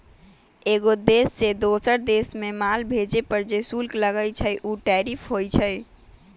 एगो देश से दोसर देश मे माल भेजे पर जे शुल्क लगई छई उ टैरिफ होई छई